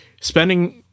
spending